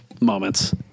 moments